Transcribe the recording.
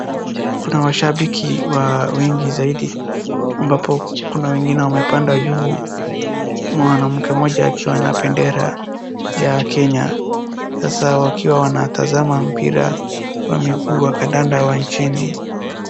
Kuna washabiki wa wengi zaidi. Ambapo kuna wengine wamepanda juu, mwanamke mmoja akiwa na bendera ya kenya. Sasa wakiwa wanatazama mpira wa miguu wa kandanda wa nchini.